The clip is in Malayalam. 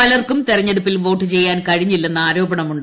പലർക്കും തെരഞ്ഞെടുപ്പിൽ വോട്ട് ചെയ്യാൻ കഴിഞ്ഞില്ലെന്ന് ആരോപണമുണ്ട്